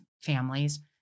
families